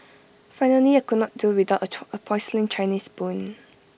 finally I could not do without A porcelain Chinese spoon